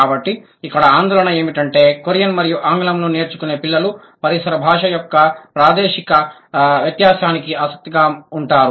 కాబట్టి ఇక్కడ ఆందోళన ఏమిటంటే కొరియన్ మరియు ఆంగ్లంను నేర్చుకునే పిల్లలు పరిసర భాష యొక్క ప్రాదేశిక వ్యత్యాసానికి ఆసక్తిగా ఉంటారు